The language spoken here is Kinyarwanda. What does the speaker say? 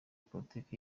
politiki